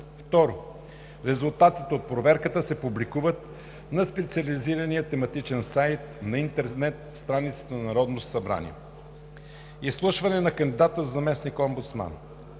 2. Резултатите от проверката се публикуват на специализирания тематичен сайт на интернет страницата на Народното събрание. IV. Изслушване на кандидата за заместник-омбудсман